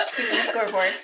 scoreboard